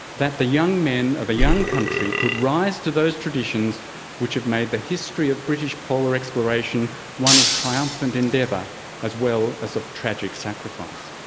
that the young men of a young country could rise to those traditions which have made the history of british polar exploration one of triumphant endeavour as well as of tragic sacrifice.